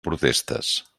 protestes